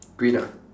green ah